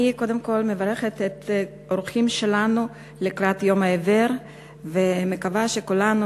אני מברכת את האורחים שלנו לקראת יום העיוור ומקווה שכולנו